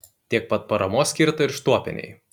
tiek pat paramos skirta ir štuopienei